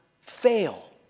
fail